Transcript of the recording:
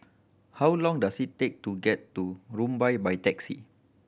how long does it take to get to Rumbia by taxi